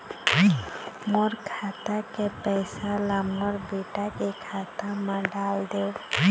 मोर खाता के पैसा ला मोर बेटा के खाता मा डाल देव?